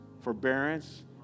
forbearance